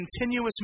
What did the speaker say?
continuous